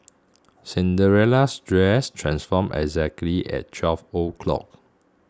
Cinderella's dress transformed exactly at twelve o'clock